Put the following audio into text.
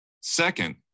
Second